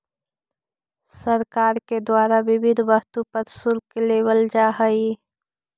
सरकार के द्वारा विविध वस्तु पर शुल्क लेवल जा हई